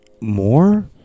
more